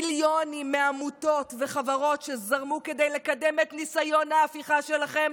מיליונים מעמותות וחברות זרמו כדי לקדם את ניסיון ההפיכה שלכם,